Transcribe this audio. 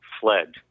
fled